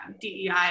DEI